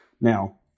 Now